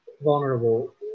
vulnerable